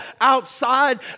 outside